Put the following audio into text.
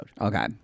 Okay